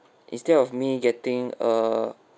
instead of me getting a